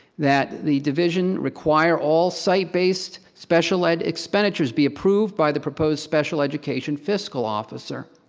that the division require all site-based special ed expenditures be approved by the proposed special education fiscal officer.